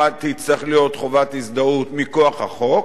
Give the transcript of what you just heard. תצטרך להיות חובת הזדהות מכוח החוק,